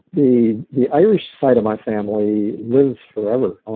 the the irish side of my family lives forever.